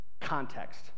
context